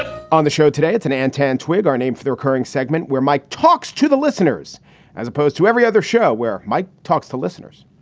on the show today, it's an antenna and twigg our name for the recurring segment where mike talks to the listeners as opposed to every other show where mike talks to listeners.